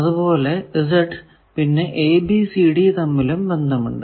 അതുപോലെ Z പിന്നെ a b c d തമ്മിലും ബന്ധം ഉണ്ട്